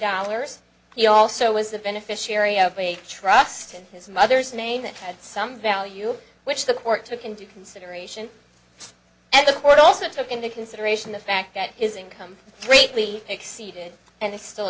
dollars he also was the beneficiary of a trust in his mother's name that had some value which the court took into consideration and the court also took into consideration the fact that his income greatly exceeded and they still